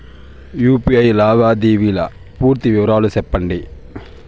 UPI లావాదేవీల పూర్తి వివరాలు సెప్పండి?